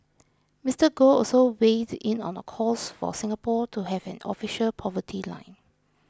Mister Goh also weighed in on calls for Singapore to have an official poverty line